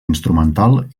instrumental